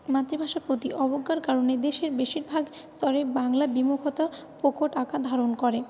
মাতৃভাষার প্রতি অবজ্ঞার কারণে দেশের বেশীরভাগ স্তরে বাংলা বিমুখতা প্রকট আকার ধারণ করে